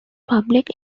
public